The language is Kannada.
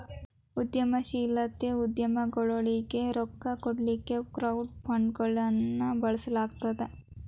ಉದ್ಯಮಶೇಲತೆ ಉದ್ಯಮಗೊಳಿಗೆ ರೊಕ್ಕಾ ಕೊಡ್ಲಿಕ್ಕೆ ಕ್ರೌಡ್ ಫಂಡ್ಗಳನ್ನ ಬಳಸ್ಲಾಗ್ತದ